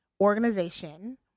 organization